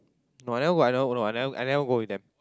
no I never go I never go no I never go with them